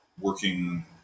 working